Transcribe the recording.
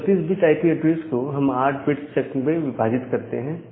इस 32 bits IP address को हम 8 बिट्स चंक में विभाजित करते हैं